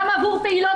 גם עבור פעילות